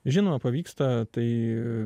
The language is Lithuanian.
žinoma pavyksta tai